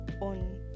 on